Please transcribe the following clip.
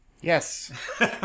Yes